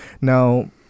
Now